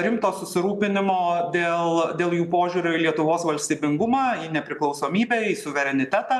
rimto susirūpinimo dėl dėl jų požiūrio į lietuvos valstybingumą į nepriklausomybę į suverenitetą